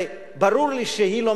הרי ברור לי שהיא לא